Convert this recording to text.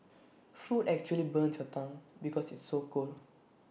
food actually burns your tongue because it's so cold